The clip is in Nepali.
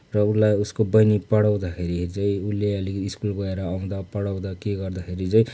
र उसलाई उसको बहिनी पढाउँदाखेरि चाहिँ उसले अलिकति स्कुल गएर आउँदा पढाउँदा के गर्दाखेरि चाहिँ